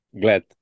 glad